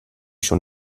schon